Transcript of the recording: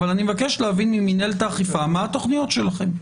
אבל אני מבקש להבין ממינהלת האכיפה מה התוכניות שלכם.